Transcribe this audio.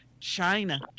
China